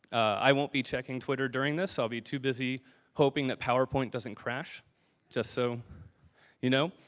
i won't be checking twitter during this i'll be too busy hoping that powerpoint doesn't crash just so you know.